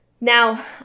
Now